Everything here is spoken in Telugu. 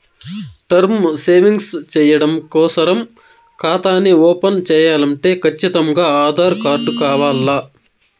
టర్మ్ సేవింగ్స్ చెయ్యడం కోసరం కాతాని ఓపన్ చేయాలంటే కచ్చితంగా ఆధార్ కార్డు కావాల్ల